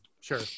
Sure